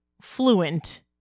fluent